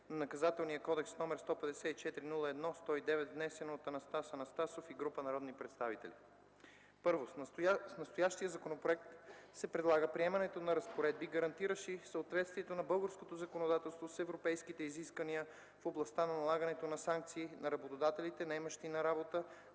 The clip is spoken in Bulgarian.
Наказателния кодекс, № 154-01-109, внесен от Анастас Анастасов и група народни представители. I. С настоящия законопроект се предлага приемането на разпоредби, гарантиращи съответствието на българското законодателство с европейските изисквания в областта на налагането на санкции на работодателите, наемащи на работа